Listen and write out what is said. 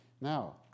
Now